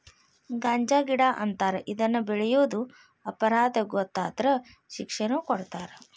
ಗಾಂಜಾಗಿಡಾ ಅಂತಾರ ಇದನ್ನ ಬೆಳಿಯುದು ಅಪರಾಧಾ ಗೊತ್ತಾದ್ರ ಶಿಕ್ಷೆನು ಕೊಡತಾರ